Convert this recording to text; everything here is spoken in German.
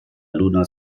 luna